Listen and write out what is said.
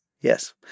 Yes